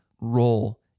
role